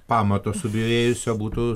pamato subyrėjusio būtų